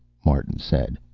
martin said.